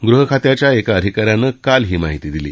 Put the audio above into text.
गृहखात्याच्या एका अधिकाऱ्यानं काल ही माहिती दिली